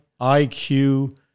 IQ